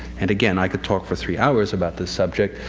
and again, i could talk for three hours about this subject.